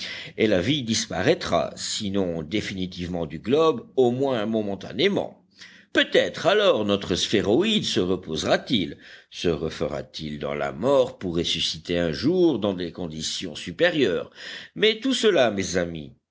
et la vie disparaîtra sinon définitivement du globe au moins momentanément peut-être alors notre sphéroïde se reposera t il se refera t il dans la mort pour ressusciter un jour dans des conditions supérieures mais tout cela mes amis